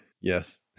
Yes